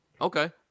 Okay